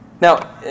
Now